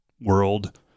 world